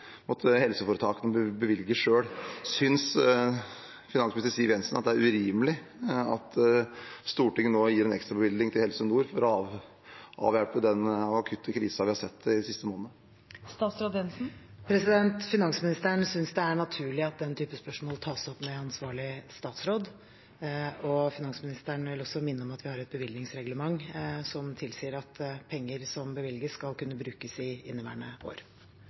måtte helseforetakene bevilge selv. Synes finansminister Siv Jensen det er urimelig at Stortinget nå gir en ekstrabevilgning til Helse Nord for å avhjelpe den akutte krisen vi har sett de siste månedene? Finansministeren synes det er naturlig at den type spørsmål tas opp med ansvarlig statsråd. Finansministeren vil også minne om at vi har et bevilgningsreglement som tilsier at penger som bevilges, skal kunne brukes i inneværende år.